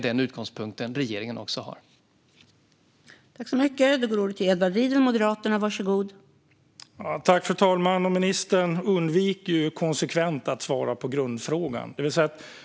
Denna utgångspunkt har också regeringen.